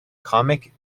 comic